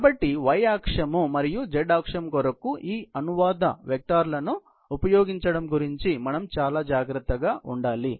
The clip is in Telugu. కాబట్టి y అక్షం మరియు z అక్షం కొరకు ఈ అనువాద వెక్టర్లను వర్తింపజేయడం గురించి మనం చాలా జాగ్రత్తగా ఉండాలి